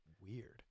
Weird